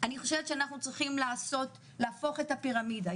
אנחנו צריכים להפוך את הפירמידה.